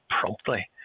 promptly